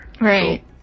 Right